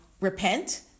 repent